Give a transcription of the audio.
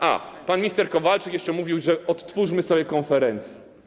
Aha, pan minister Kowalczyk jeszcze mówił: odtwórzmy sobie konferencje.